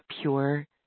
pure